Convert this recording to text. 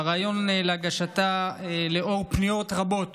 ברעיון להגשתה, לאור פניות רבות